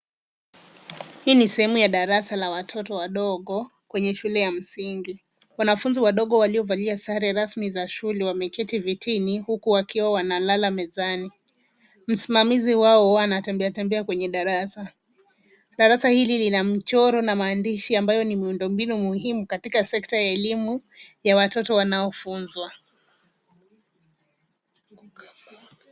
Hii ni sehemu la darasa ya watoto wadogo kwenye shule ya msingi. Wanafunzi wadogo waliovalia sare rasmi za shule wameketi vitini huku wakiwa wanalala mezani. Msimamizi wao anatembea tembea kwenye darasa. Darasa hili lina mchoro na maandishi ambayo ni miundo mbinu muhimu katika sekta ya elimu ya watoto wanaofunzwa.